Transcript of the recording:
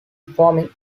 forming